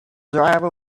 driver